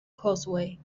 causeway